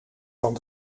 van